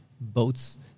boats